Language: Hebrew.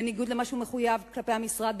בניגוד למה שהוא מחויב כלפי המשרד,